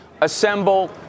assemble